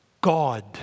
God